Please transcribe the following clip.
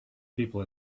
people